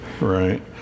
right